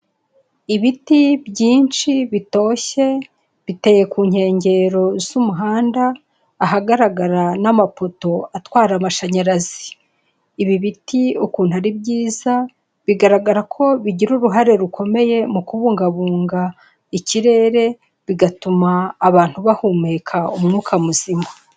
Ibiti byinshi bitoshye, biteye ku nkengero z'umuhanda, ahagaragara n'amapoto atwara amashanyarazi. Ibi biti ukuntu ari byiza, bigaragara ko bigira uruhare rukomeye mu kubungabunga ikirere, bigatuma abantu bahumeka umwuka muzima.